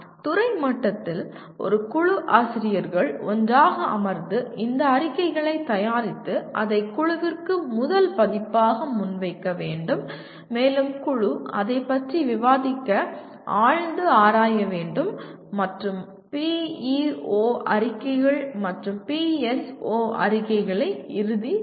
துறை மட்டத்தில் ஒரு குழு ஆசிரியர்கள் ஒன்றாக அமர்ந்து இந்த அறிக்கைகளைத் தயாரித்து அதை குழுவிற்கு முதல் பதிப்பாக முன்வைக்க முடியும் மேலும் குழு அதைப் பற்றி விவாதிக்க ஆழ்ந்து ஆராய வேண்டும் மற்றும் PEO அறிக்கைகள் மற்றும் PSO அறிக்கைகளை இறுதி செய்யும்